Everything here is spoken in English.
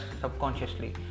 subconsciously